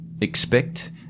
expect